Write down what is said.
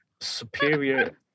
superior